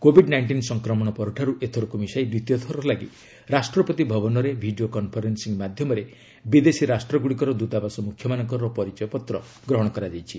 Covid nineteen ସଂକ୍ରମଣ ପରଠାରୁ ଏଥରକୁ ମିଶାଇ ଦ୍ୱିତୀୟ ଥର ଲାଗି ରାଷ୍ଟ୍ରପତି ଭବନରେ ଭିଡ଼ିଓ କନ୍ଫରେନ୍ଦିଂ ମାଧ୍ୟମରେ ବିଦେଶୀ ରାଷ୍ଟ୍ରଗୁଡ଼ିକର ଦ୍ୱତାବାସ ମ୍ରଖ୍ୟମାନଙ୍କର ପରିଚୟ ପତ୍ର ଗ୍ରହଣ କରାଯାଇଛି